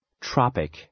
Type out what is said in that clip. Tropic